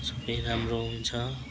सबै राम्रो हुन्छ